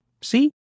See